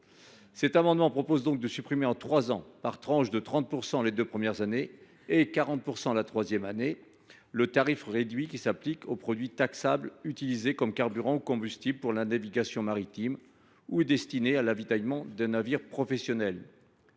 cet amendement, nous proposons donc de supprimer en trois ans, par tranches de 30 % les deux premières années et de 40 % la troisième année, le tarif réduit qui s’applique aux produits taxables utilisés comme carburant ou combustible pour la navigation maritime ou destinés à l’avitaillement d’un navire professionnel.